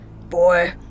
Boy